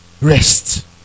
rest